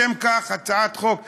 לשם כך, הצעת חוק חשובה,